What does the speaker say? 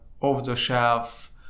off-the-shelf